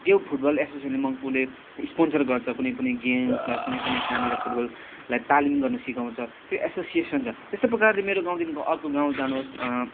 देव football एसोसिएसनले मङ्पूले sponsor गर्छ कुनै पनि गेम्स वा कुनै पनि कहाँनिर फुटबललाई तालिम गर्न सिकाउँछ त्यो एसोसिएसन छ त्यस्तै प्रकारले मेरो गाउँदेखि अर्को गाउँ जानुहोस्